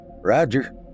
Roger